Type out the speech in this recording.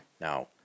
Now